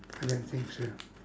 I don't think so